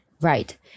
right